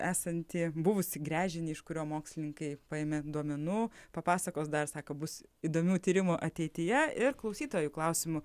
esantį buvusį gręžinį iš kurio mokslininkai paėmė duomenų papasakos dar sako bus įdomių tyrimų ateityje ir klausytojų klausimų